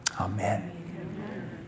Amen